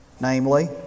namely